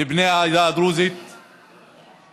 לבני העדה הדרוזית ולתרומתה